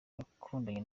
nakundanye